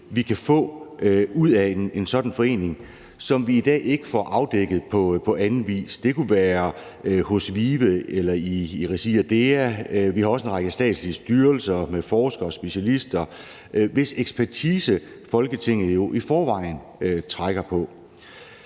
vi kan få ud af en sådan forening, som vi i dag ikke får afdækket på anden vis hos f.eks. VIVE eller i regi af DEA. Vi har også en række statslige styrelser med forskere og specialister, hvis ekspertise Folketinget jo i forvejen trækker på.